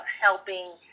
helping